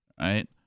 right